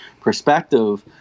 perspective